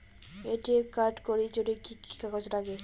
ATM card করির জন্যে কি কি কাগজ নাগে?